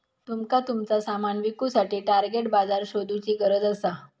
तुमका तुमचा सामान विकुसाठी टार्गेट बाजार शोधुची गरज असा